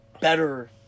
better